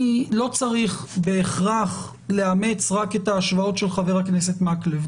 אני לא צריך בהכרח לאמץ רק את ההשוואות של חבר הכנסת מקלב,